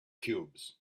cubes